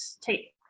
take